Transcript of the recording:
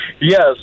yes